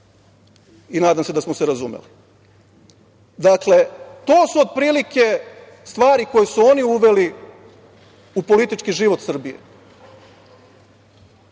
i nadam se da smo se razumeli. Dakle, to su otprilike stvari koje su oni uveli u politički život Srbije,